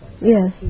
Yes